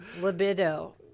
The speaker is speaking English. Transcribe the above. libido